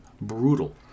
brutal